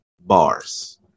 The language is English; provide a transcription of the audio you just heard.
Bars